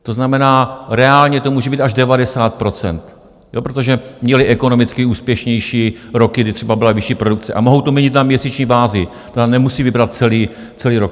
To znamená, reálně to může být až 90 %, protože měly ekonomicky úspěšnější roky, kdy třeba byla vyšší produkce, a mohou to měnit na měsíční bázi, nemusí vybrat celý rok.